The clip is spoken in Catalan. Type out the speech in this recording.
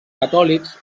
catòlics